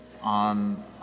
on